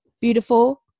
beautiful